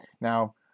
Now